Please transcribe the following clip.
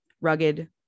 rugged